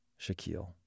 Shaquille